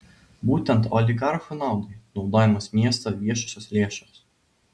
būtent oligarchų naudai naudojamos miesto viešosios lėšos